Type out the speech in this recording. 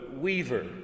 weaver